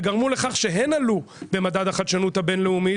וגרמו לכך שהן עלו במדד החדשנות הבינלאומית